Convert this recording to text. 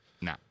No